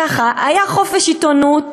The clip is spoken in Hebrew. ככה: היה חופש עיתונות